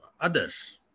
others